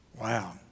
wow